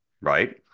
right